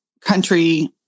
country